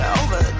over